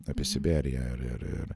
apie siberiją ir ir ir